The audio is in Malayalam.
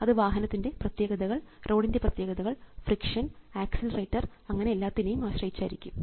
അത് വാഹനത്തിൻറെ പ്രത്യേകതകൾ റോഡിൻറെ പ്രത്യേകതകൾ ഫ്രിക്ഷൻ ആക്സിലറേറ്റർ അങ്ങനെ എല്ലാത്തിനെയും ആശ്രയിച്ചായിരിക്കും